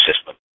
system